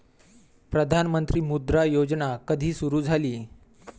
प्रधानमंत्री मुद्रा योजना कधी सुरू झाली?